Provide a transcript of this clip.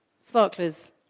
sparklers